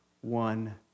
one